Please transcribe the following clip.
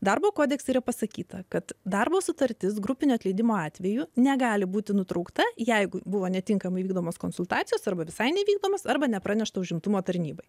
darbo kodekse yra pasakyta kad darbo sutartis grupinio atleidimo atveju negali būti nutraukta jeigu buvo netinkamai vykdomos konsultacijos arba visai neįvykdomas arba nepranešta užimtumo tarnybai